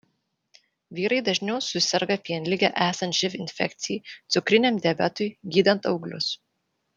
vyrai dažniau suserga pienlige esant živ infekcijai cukriniam diabetui gydant auglius